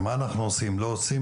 מה אנחנו עושים ומה אנחנו לא עושים.